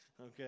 okay